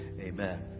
Amen